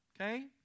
okay